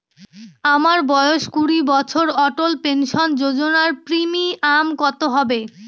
আমার বয়স কুড়ি বছর অটল পেনসন যোজনার প্রিমিয়াম কত হবে?